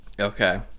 Okay